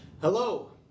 Hello